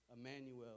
Emmanuel